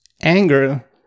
anger